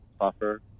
suffer